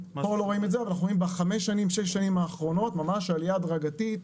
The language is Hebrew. אבל אנחנו רואים בחמש-שש שנים האחרונות ממש עלייה הדרגתית,